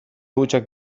hutsak